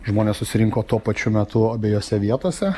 žmonės susirinko tuo pačiu metu abejose vietose